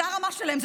זו הרמה שלהם.